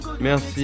Merci